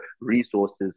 resources